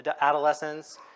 adolescence